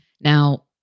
Now